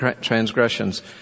transgressions